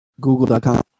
Google.com